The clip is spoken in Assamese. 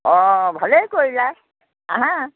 অঁ ভালেই কৰিলে আহা